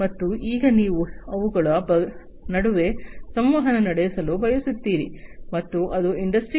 ಮತ್ತು ಈಗ ನೀವು ಅವುಗಳ ನಡುವೆ ಸಂವಹನ ನಡೆಸಲು ಬಯಸುತ್ತೀರಿ ಮತ್ತು ಅದು ಇಂಡಸ್ಟ್ರಿ4